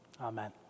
Amen